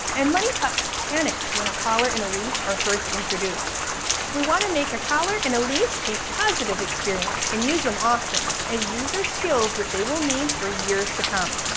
and many pups panic when a collar and leash are first introduced we want to make collar and leash a positive experience and use them often as these are skills they will need for years to come.